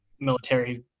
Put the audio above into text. military